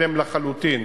שלם לחלוטין